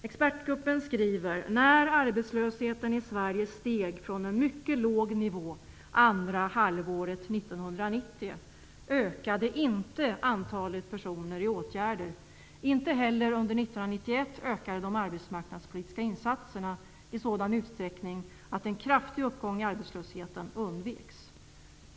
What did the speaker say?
Expertgruppen skriver: ''När arbetslösheten i Sverige steg från en mycket låg nivå andra halvåret 1990 ökade inte antalet personer i åtgärder. Inte heller under 1991 ökade de arbetsmarknadspolitiska insatserna i sådan utsträckning att en kraftig uppgång i arbetslösheten undveks.